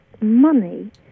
money